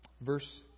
Verse